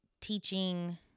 teaching